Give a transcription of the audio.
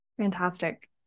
Fantastic